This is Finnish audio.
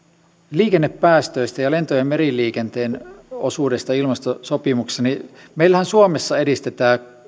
liikennepäästöistä ja lento ja meriliikenteen osuudesta ilmastosopimuksessa meillähän suomessa edistetään